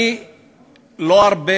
אני לא ארבה